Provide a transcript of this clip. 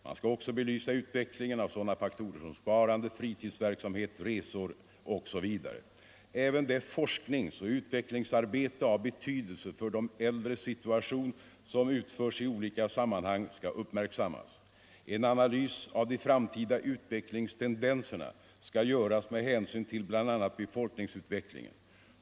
Man skall också belysa utvecklingen av sådana faktorer som sparande, fritidsverksamhet, resor osv. Även det forskningsoch utvecklingsarbete av betydelse för de äldres situation som utförs i olika sammanhang skall uppmärksammas. En analys av de framtida utvecklingstendenserna skall göras med hänsyn till bl.a. befolkningsutvecklingen.